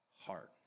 heart